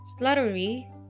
Sluttery